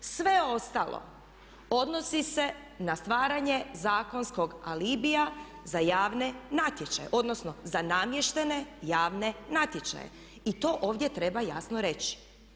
Sve ostalo odnosi se na stvaranje zakonskog alibija za javne natječaje, odnosno za namještene javne natječaje i to ovdje treba jasno reći.